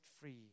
free